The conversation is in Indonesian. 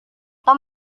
tom